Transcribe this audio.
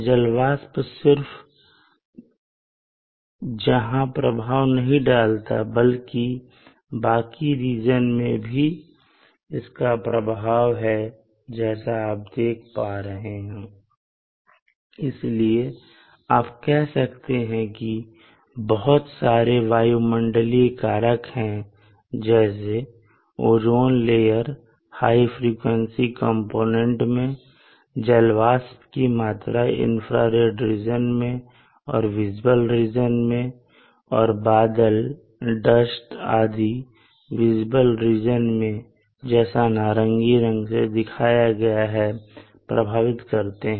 जल जलवाष्प सिर्फ जहां प्रभाव नहीं डालता बल्कि बाकी रीजन में भी इसका प्रभाव है जैसा आप देख पा रहे हैं इसलिए आप कह सकते हैं कि बहुत सारे वायुमंडलीय कारक है जैसे ozone layer high frequency component में जलवाष्प की मात्रा इंफ्रारेड रीजन में और विजिबल रीजन में और बादल डस्ट आदि विजिबल रीजन में जैसा नारंगी रंग से दिखाया गया है प्रभावित करते हैं